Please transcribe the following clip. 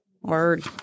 Word